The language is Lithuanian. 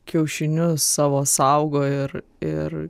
kiaušinius savo saugo ir ir